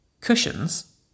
Cushions